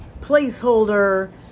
placeholder